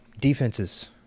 Defenses